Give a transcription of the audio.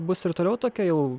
bus ir toliau tokia jau